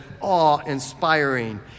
awe-inspiring